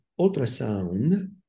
ultrasound